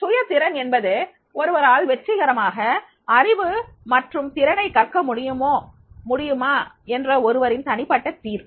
சுய திறன் என்பது ஒருவரால் வெற்றிகரமாக அறிவு மற்றும் திறனை கற்க முடியுமா என்ற ஒருவரின் தனிப்பட்ட தீர்ப்பு